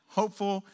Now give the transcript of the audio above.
hopeful